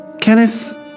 Kenneth